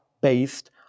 based